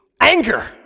anger